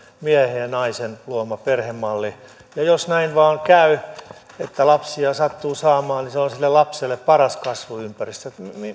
miehen ja naisen luoma perhemalli ja jos näin vain käy että lapsia sattuu saamaan niin se on sille lapselle paras kasvuympäristö